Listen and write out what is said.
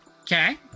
Okay